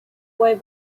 way